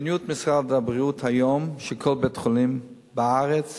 מדיניות משרד הבריאות היום היא שלכל בית-חולים בארץ